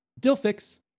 Dilfix